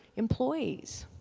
employees,